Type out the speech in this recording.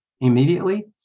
immediately